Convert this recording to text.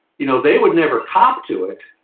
you know, they would never talk to it,